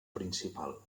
principal